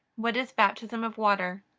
what is baptism of water?